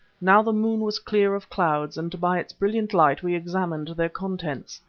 now the moon was clear of clouds, and by its brilliant light we examined their contents.